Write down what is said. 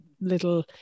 little